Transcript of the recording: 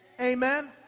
Amen